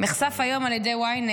נחשף היום על ידי ynet